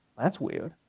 that's weird,